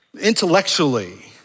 intellectually